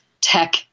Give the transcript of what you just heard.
tech